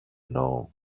know